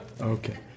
Okay